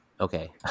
Okay